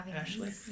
Ashley